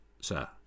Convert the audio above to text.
sir